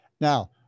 Now